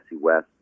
West